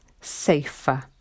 safer